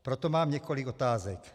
Proto mám několik otázek.